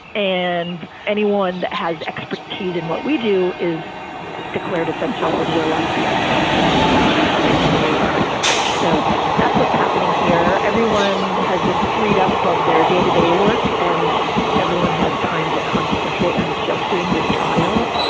and anyone that has expertise in what we do is declared essential that and we're allowed to be on campus to continue our research. so that's what's happening here. everyone has been freed up of their day to day work and everyone has time to concentrate on just doing this trial.